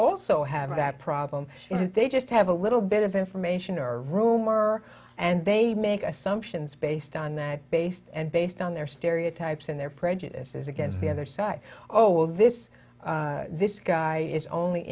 also have that problem they just have a little bit of information or rumor and they make assumptions based on that based and based on their stereotypes and their prejudices against the other side oh well this this guy is only